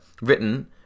written